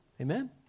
Amen